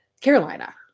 Carolina